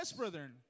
brethren